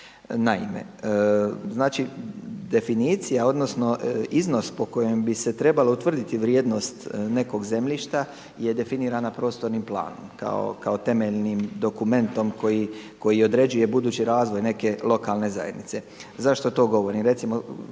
Naime, znači, definicija, odnosno iznos po kojem bi se trebala utvrditi vrijednost nekog zemljišta je definirana prostornim planom kao temeljnim dokumentom koji određuje budući razvoj neke lokalne zajednice. Zašto to govorim? Recimo